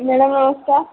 ନନା ନମସ୍କାର